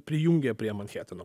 prijungė prie manhateno